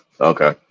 okay